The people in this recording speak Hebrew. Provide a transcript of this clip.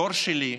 הדור שלי,